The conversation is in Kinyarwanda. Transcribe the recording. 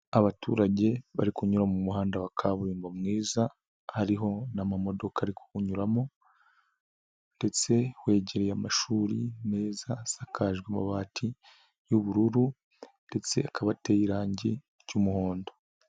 Abaturage bari kunyura mu muhanda wa kaburimbo mwiza, hariho n'amamodoka ari kuwunyuramo ndetse wegereye amashuri meza asakajwe amabati y'ubururu ndetse akaba ateye irangi ry'umuhondo.